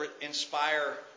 inspire